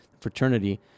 fraternity